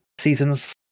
seasons